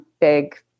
big